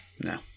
No